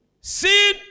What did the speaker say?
Sin